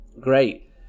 great